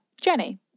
Jenny